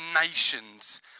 nations